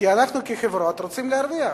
כי אנחנו כחברות רוצים להרוויח,